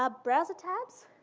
ah browser tabs,